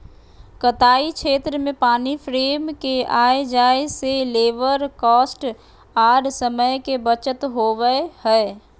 कताई क्षेत्र में पानी फ्रेम के आय जाय से लेबर कॉस्ट आर समय के बचत होबय हय